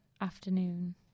afternoon